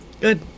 Good